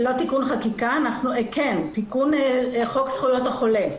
לא תיקון חקיקה, תיקון חוק זכויות החולה.